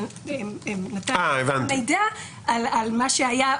אבל נתתי מידע על מה שהיה.